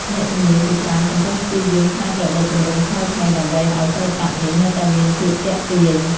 អ្នកជំនាញជាច្រើនកំពុងព្យាយាមច្នៃប្រឌិតទម្រង់ថ្មីៗដើម្បីឱ្យសិល្បៈនេះនៅតែមានភាពទាក់ទាញ។